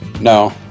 No